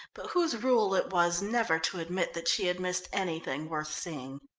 but whose rule it was never to admit that she had missed anything worth seeing.